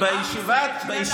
בואו